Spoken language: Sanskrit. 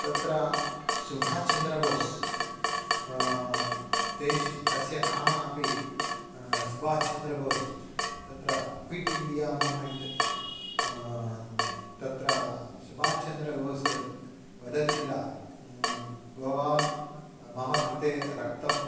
तत्र सुभाषचन्द्रबोसः तेश् तस्य नाम अपि सुभाषचन्द्रबोसः तत्र क्विट् इण्डिया मूमेन्ट् तत्र सुभाश्चन्द्रबोसः वदति किल भवान् मम कृते रक्तम्